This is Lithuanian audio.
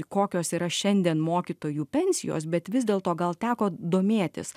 kokios yra šiandien mokytojų pensijos bet vis dėlto gal teko domėtis